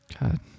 God